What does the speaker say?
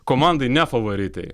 komandai ne favoritai